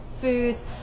foods